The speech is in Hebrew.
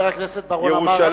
חבר הכנסת בר-און אמר,